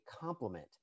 complement